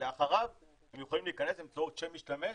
ולאחריו הם יכולים להכנס באמצעות שם משתמש,